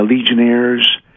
legionnaires